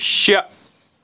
شےٚ